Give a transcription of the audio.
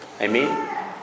Amen